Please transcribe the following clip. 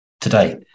today